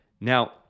Now